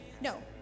no